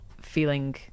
feeling